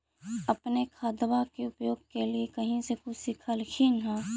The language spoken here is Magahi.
अपने खादबा के उपयोग के लीये कही से कुछ सिखलखिन हाँ?